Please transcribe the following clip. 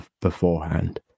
beforehand